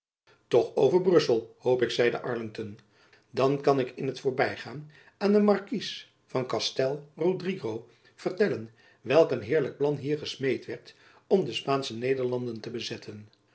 toch over brussel hoop ik zeide arlington dan kan ik in het voorbygaan aan den markies van castel rodrigo vertellen welk een heerlijk plan hier gesmeed werd om de spaansche nederlanden te bezetten